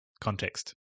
context